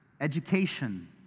education